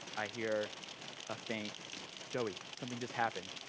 i hear a faint joey, something just happened,